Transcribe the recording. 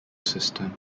system